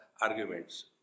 arguments